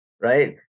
right